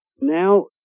now